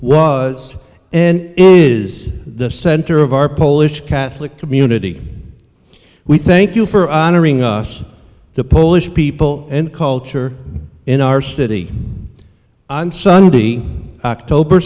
was and is the center of our polish catholic community we thank you for honoring us the polish people and culture in our city on sunday october